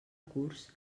curs